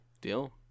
Deal